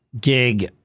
gig